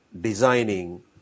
designing